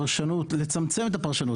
שתצמצם את הפרשנות.